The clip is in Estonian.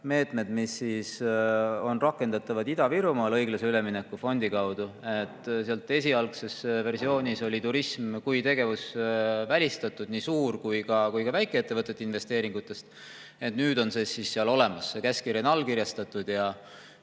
meetmed, mis on rakendatavad Ida-Virumaal õiglase ülemineku fondi kaudu. Esialgses versioonis oli turism kui tegevus välistatud nii suur- kui ka väikeettevõtete investeeringutes. Nüüd on see seal olemas, see [määrus] on allkirjastatud ja